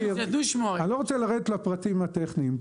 אני לא רוצה לרדת לפרטים הטכניים.